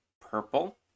purple